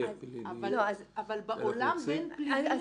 זה